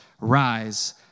Rise